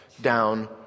down